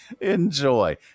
Enjoy